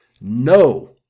no